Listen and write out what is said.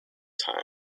time